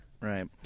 Right